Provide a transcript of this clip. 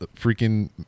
freaking